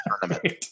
tournament